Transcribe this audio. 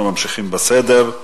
אנחנו ממשיכים בסדר.